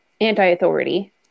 anti-authority